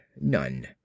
none